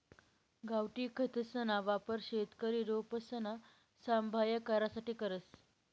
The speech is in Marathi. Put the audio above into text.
गावठी खतसना वापर शेतकरी रोपसना सांभाय करासाठे करस